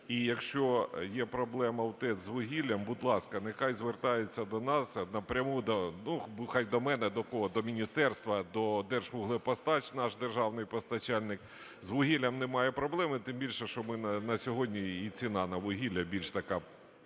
І, якщо є проблема у ТЕЦ з вугіллям, будь ласка, нехай звертаються до нас напряму, ну, хай до мене, до кого, до міністерства, до "Держвуглепостач", наш державний постачальник. З вугіллям немає проблем. І тим більше, що ми на сьогодні і ціна на вугілля більш така